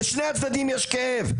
לשני הצדדים יש כאב,